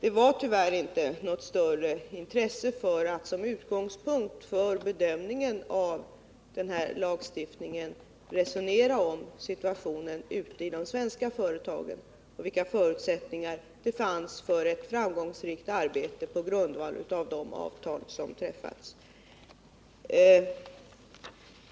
Det var tyvärr inte något större intresse för att som utgångspunkt för bedömningen av den här lagstiftningen resonera om situationen i de svenska företagen och om vilka förutsättningar det fanns för ett arbete på grundval av de avtal som träffats.